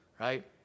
right